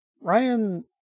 Ryan